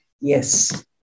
Yes